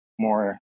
more